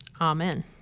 Amen